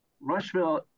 Rushville